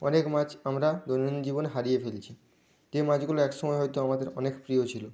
অনেক মাছ আমরা দৈনন্দিন জীবনে হারিয়ে ফেলছি যেই মাছগুলো এক সময় হয়তো আমাদের অনেক প্রিয় ছিলো